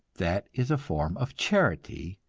that is a form of charity,